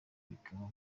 bikaba